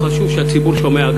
חשוב שהציבור שומע,